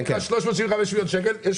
מתוך ה-375 מיליון שקלים, יש